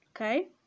okay